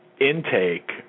intake